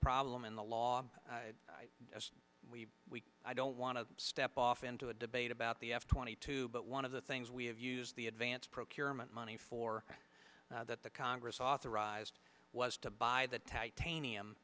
problem in the law as we i don't want to step off into a debate about the f twenty two but one of the things we have used the advanced procurement money for that the congress authorized was to buy the titanium